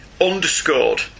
underscored